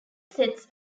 sets